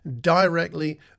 directly